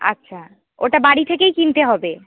আচ্ছা ওটা বাড়ি থেকেই কিনতে হবে